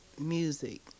music